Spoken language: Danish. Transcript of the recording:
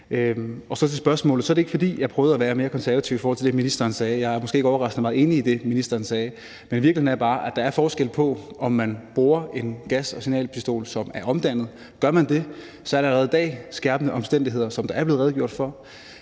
ting. Til spørgsmålet vil jeg sige, at det ikke var, fordi jeg prøvede at være mere konservativ i forhold til det, ministeren sagde – jeg er måske ikke overraskende meget enig i det, ministeren sagde. Men virkeligheden er bare, at der er en forskel, når man bruger en gas- eller signalpistol, som er omdannet. Gør man det, er der allerede i dag skærpende omstændigheder, som der er blevet redegjort for.